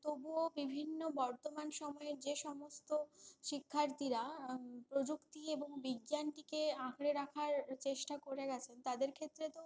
তবুও বিভিন্ন বর্তমান সময়ের যে সমস্ত শিক্ষার্থীরা প্রযুক্তি এবং বিজ্ঞানটিকে আঁকড়ে রাখার চেষ্টা করে গিয়েছেন তাদের ক্ষেত্রে তো